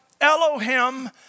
Elohim